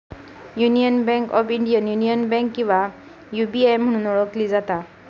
union Bank of India, Union Bank किंवा UBI म्हणून ओळखली जाता